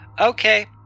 Okay